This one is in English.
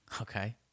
Okay